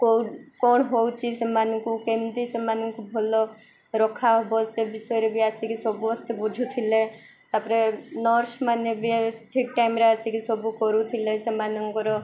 କେଉଁ କ'ଣ ହେଉଛି ସେମାନଙ୍କୁ କେମିତି ସେମାନଙ୍କୁ ଭଲ ରଖା ହବ ସେ ବିଷୟରେ ବି ଆସିକି ସବୁ ଆସ୍ତେ ବୁଝୁଥିଲେ ତା'ପରେ ନର୍ସ ମାନେ ବି ଠିକ୍ ଟାଇମ୍ରେ ଆସିକି ସବୁ କରୁଥିଲେ ସେମାନଙ୍କର